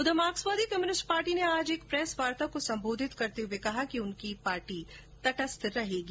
उधर मार्क्सवादी communist party ने आज एक प्रेस वार्ता को संबोधित करते हुए कहा कि उनकी पार्टी तटस्थ रहेगी